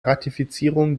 ratifizierung